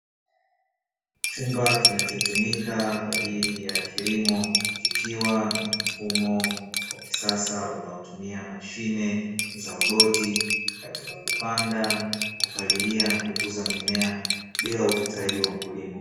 Chumba kinachotumika kwa ajili ya kilimo kikiwa na mfumo wa kisasa unaotumia mashine za roboti katika: kupanda, kupalilia na kukuza mimea; bila uhitaji wa mkulima.